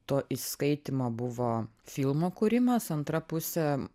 to įskaitymo buvo filmo kūrimas antra pusė